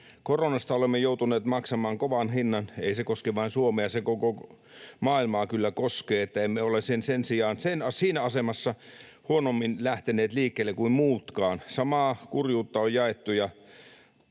Koronasta olemme joutuneet maksamaan kovan hinnan. Ei se koske vain Suomea, koko maailmaa se kyllä koskee. Emme ole siinä asemassa huonommin lähteneet liikkeelle kuin muutkaan. Samaa kurjuutta on jaettu.